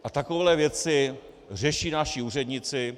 A takové věci řeší naši úředníci.